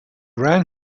ran